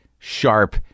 sharp